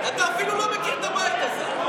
אתה לא יודע מה קורה בבית הזה.